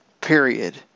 period